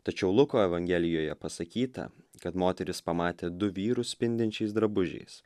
tačiau luko evangelijoje pasakyta kad moteris pamatė du vyrus spindinčiais drabužiais